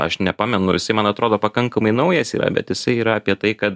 aš nepamenu jisai man atrodo pakankamai naujas yra bet jisai yra apie tai kad